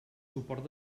suport